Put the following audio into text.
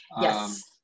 yes